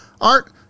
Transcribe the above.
Art